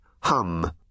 hum